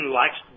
likes